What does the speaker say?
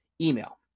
email